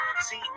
See